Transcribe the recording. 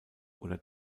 oder